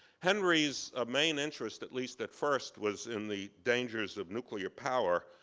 henry's ah main interest, at least at first, was in the dangers of nuclear power,